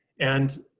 and,